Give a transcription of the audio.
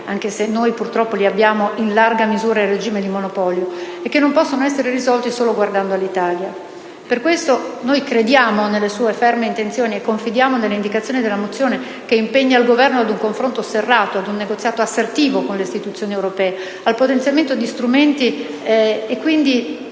anche se noi li abbiamo purtroppo in larga misura in regime di monopolio, e che non possono essere risolti solo guardando all'Italia. Per questo noi crediamo nelle sue ferme intenzioni e confidiamo nelle indicazioni che impegnano il Governo a un confronto serrato, ad un negoziato assertivo con le istituzioni europee, al potenziamento di strumenti e quindi,